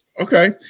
Okay